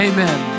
Amen